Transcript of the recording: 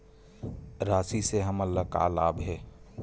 राशि से हमन ला का लाभ हे?